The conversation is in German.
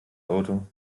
auto